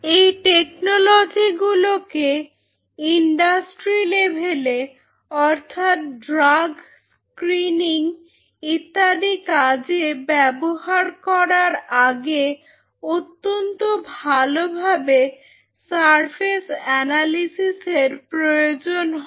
এই টেকনোলজি গুলোকে ইন্ডাস্ট্রি লেভেলে অর্থাৎ ড্রাগ স্ক্রীনিং ইত্যাদি কাজে ব্যবহার করার আগে অত্যন্ত ভালোভাবে সারফেস অ্যানালিসিস এর প্রয়োজন হয়